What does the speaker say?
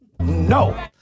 No